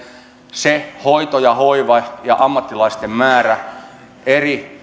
se hoito ja hoiva ja ammattilaisten määrä eri